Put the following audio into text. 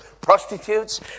prostitutes